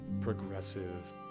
progressive